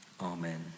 Amen